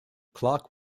clark